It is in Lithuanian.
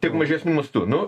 tik mažesniu mastu nu